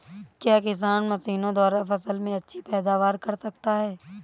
क्या किसान मशीनों द्वारा फसल में अच्छी पैदावार कर सकता है?